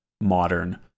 modern